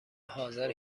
حاضر